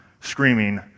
screaming